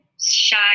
shy